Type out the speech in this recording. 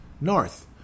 North